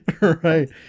right